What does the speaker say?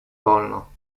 wolno